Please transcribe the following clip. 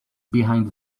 behind